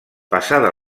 passada